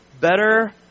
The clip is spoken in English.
better